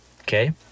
Okay